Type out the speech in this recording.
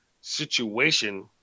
situation